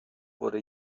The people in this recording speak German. wurde